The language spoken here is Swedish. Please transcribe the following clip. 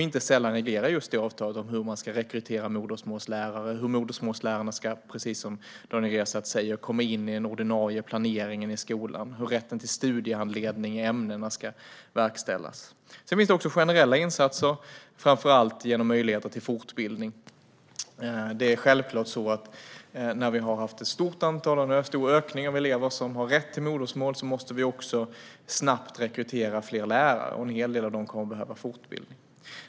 Inte sällan reglerar avtalet hur modersmålslärare ska rekryteras och hur lärarna, precis som Daniel Riazat säger, ska komma in i den ordinarie planeringen i skolan samt hur rätten till studiehandledning i ämnena ska verkställas. Det finns också generella insatser, framför allt genom möjligheter till fortbildning. När det har varit en stor ökning av elever som har rätt till modersmålsundervisning måste vi självklart snabbt rekrytera fler lärare. En hel del av dem kommer att behöva fortbildning.